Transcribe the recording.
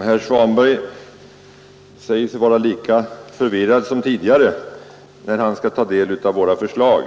Herr talman! Herr Svanberg säger sig vara lika förvirrad som tidigare när han skall ta del av våra förslag.